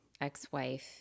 ex-wife